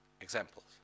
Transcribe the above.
Examples